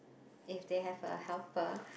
if they have a helper